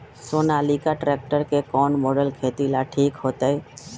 Sonalika tractor के कौन model खेती ला ठीक होतै?